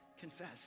confess